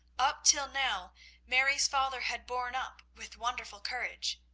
up till now mary's father had borne up with wonderful courage.